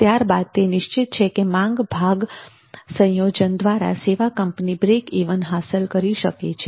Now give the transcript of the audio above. ત્યારબાદ તે નિશ્ચિત છે કે માંગ ભાગ સંયોજન દ્વારા સેવા કંપની બ્રેક ઈવન હાંસલ કરી શકે છે